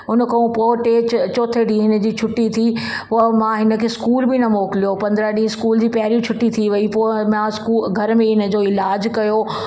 उन खां पोइ टे चोथे ॾीहुं हिन जी छुट्टी थी पोइ मां हिन खे स्कूल बि न मोकिलियो पंद्रहं ॾींहं स्कूल जी पहिरियों छुट्टी थी वई पोइ मां स्कूल घर में ई हिन जो इलाज कयो